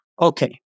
okay